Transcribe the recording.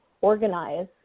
organize